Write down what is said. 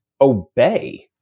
obey